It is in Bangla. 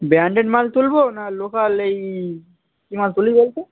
ব্র্যান্ডেড মাল তুলব না লোকাল এই কী মাল তুলি বলতো